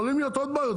יכולות להיות עוד בעיות,